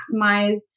maximize